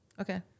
Okay